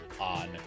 on